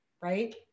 right